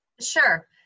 Sure